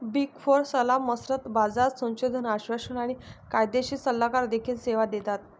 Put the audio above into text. big four सल्लामसलत, बाजार संशोधन, आश्वासन आणि कायदेशीर सल्लागार देखील सेवा देतात